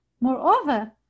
Moreover